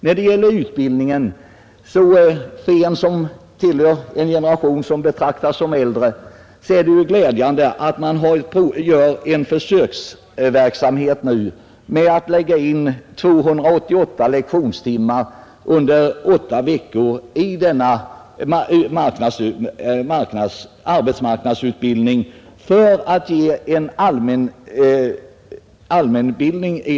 För dem som tillhör en generation, som betraktas som den äldre, är det glädjande att det bedrivs en försöksverksamhet, där det i arbetsmarknadsutbildningen läggs in 288 lektionstimmar under åtta veckor för att ge allmänbildning.